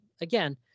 again